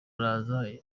araza